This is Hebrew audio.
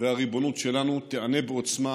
והריבונות שלנו תיענה בעוצמה